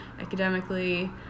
academically